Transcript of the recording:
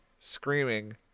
screaming